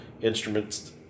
instruments